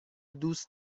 دوست